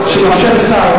היושב-ראש,